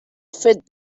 fit